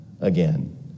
again